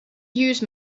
use